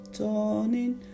turning